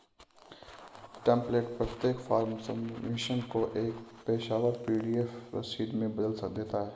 template प्रत्येक form submission को एक पेशेवर पी.डी.एफ रसीद में बदल देता है